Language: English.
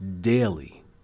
daily